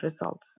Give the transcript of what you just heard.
results